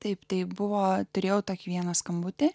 taip taip buvo turėjau tą kiekvieną skambutį